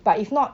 but if not